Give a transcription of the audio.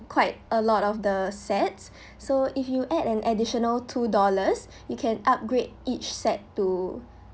quite a lot of the sets so if you add an additional two dollars you can upgrade each set to